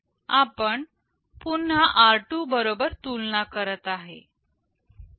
आपण पुन्हा r2 बरोबर तुलना करत आहे